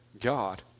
God